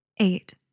Eight